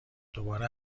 دوباره